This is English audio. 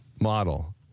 model